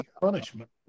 Punishment